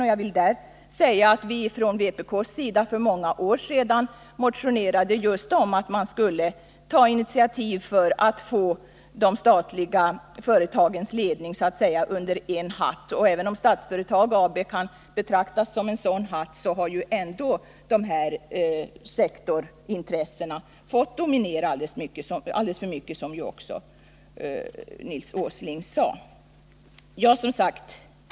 Från vpk:s sida motionerade vi för många år sedan just om att man skulle ta initiativ till att få de statliga företagens ledning så att säga under en hatt. Även om Statsföretag AB kan betraktas som en sådan hatt har ändå sektorintressena fått dominera alldeles för mycket, som ju också Nils Åsling sade.